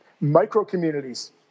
micro-communities